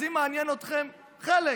אז אם זה מעניין אתכם, חלק